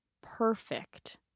perfect